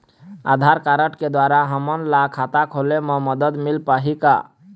आधार card के द्वारा हमन ला खाता खोले म मदद मिल पाही का?